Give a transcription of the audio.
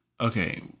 Okay